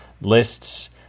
lists